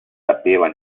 sapeva